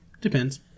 Depends